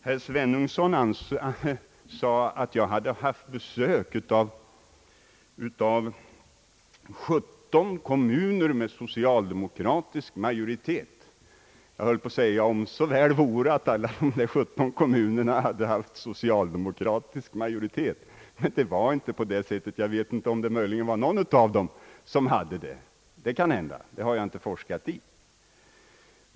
Herr Sveningsson sade att jag hade haft besök av företrädare för 17 kommuner med socialdemokratisk majoritet. Jag höll på att säga: Om så väl vore att alla dessa 17 kommuner hade haft socialdemokratisk majoritet. Men det var inte så, möjligen var det några som hade det, det har jag inte forskat i.